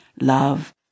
love